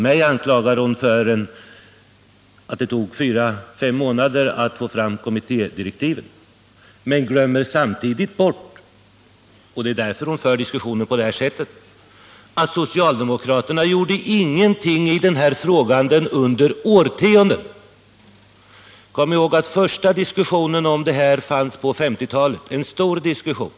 Mig anklagar hon för att det tog fyra fem månader att få fram kommittédirektiven, men hon glömmer samtidigt bort — och det är därför hon för diskussionen på det här sättet — att socialdemokraterna inte gjorde någonting i den här frågan under årtionden. Den första diskussionen om det här problemet fördes på 1950-talet, och det var en stor diskussion.